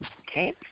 Okay